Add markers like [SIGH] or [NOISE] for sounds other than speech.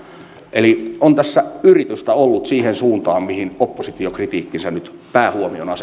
eli on tässä yritystä ollut siihen suuntaan mihin oppositio kritiikkinsä nyt päähuomion [UNINTELLIGIBLE]